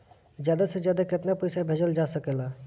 ज्यादा से ज्यादा केताना पैसा भेजल जा सकल जाला?